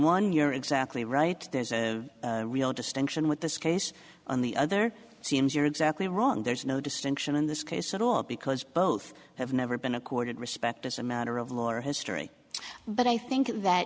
one you're exactly right there's a real distinction with this case on the other seems you're exactly wrong there's no distinction in this case at all because both have never been accorded respect as a matter of law or history but i think that